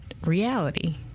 reality